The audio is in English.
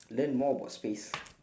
learn more about space